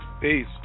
peace